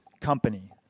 company